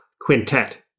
quintet